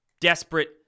desperate